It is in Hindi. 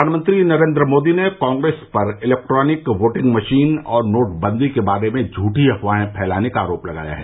प्रधानमंत्री नरेन्द्र मोदी ने कांग्रेस पर इलेक्ट्रॉनिक वोटिंग मशीन और नोटबंदी के बारे में झूठी अफवाहें फैलाने का आरोप लगाया है